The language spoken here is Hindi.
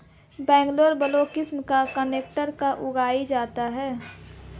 बंगलौर ब्लू किस्म कर्नाटक में उगाई जाती है